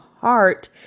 heart